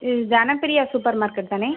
இது Dhanapriya super market தானே